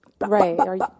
Right